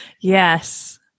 Yes